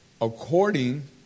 According